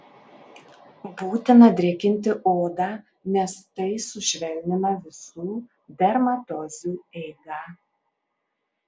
būtina drėkinti odą nes tai sušvelnina visų dermatozių eigą